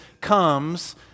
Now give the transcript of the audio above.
comes